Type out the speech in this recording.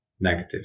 negative